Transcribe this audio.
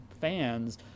fans